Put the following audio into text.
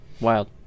wild